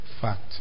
fact